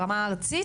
ברמה הארצית,